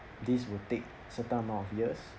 this will take certain amount of years